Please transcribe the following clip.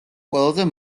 ყველაზე